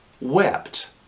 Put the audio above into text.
wept